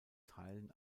teilen